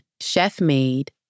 chef-made